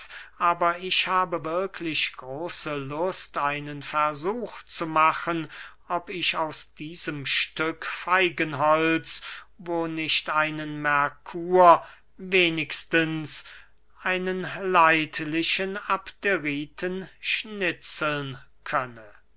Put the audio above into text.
aber ich habe wirklich große lust einen versuch zu machen ob ich aus diesem stück feigenholz wo nicht einen merkur wenigstens einen leidlichen abderiten schnitzeln könne